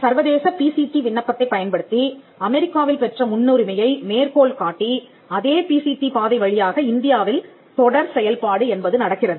சர்வதேச PCT விண்ணப்பத்தைப் பயன்படுத்தி அமெரிக்காவில் பெற்ற முன்னுரிமையை மேற்கோள்காட்டி அதே பிசிடி பாதை வழியாக இந்தியாவில் தொடர் செயல்பாடு என்பது நடக்கிறது